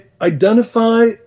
identify